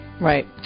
Right